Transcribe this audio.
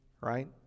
right